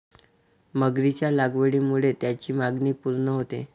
मगरीच्या लागवडीमुळे त्याची मागणी पूर्ण होते